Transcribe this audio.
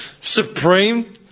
Supreme